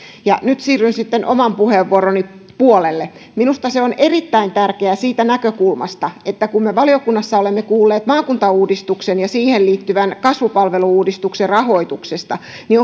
nyt siirryn sitten oman puheenvuoroni puolelle minusta esitys on erittäin tärkeä siitä näkökulmasta että kun me valiokunnassa olemme kuulleet maakuntauudistuksen ja siihen liittyvän kasvupalvelu uudistuksen rahoituksesta niin